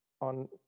on